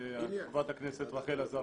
מר שרעבי?